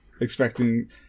expecting